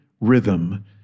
rhythm